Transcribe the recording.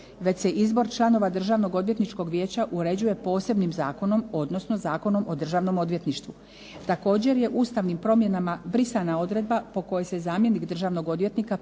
već se izbor članova Državno-odvjetničkog vijeća uređuje posebnim zakonom odnosno Zakonom o Državnom odvjetništvu. Također je ustavnim promjenama brisana odredba po kojoj se zamjenik državnog odvjetnika prvi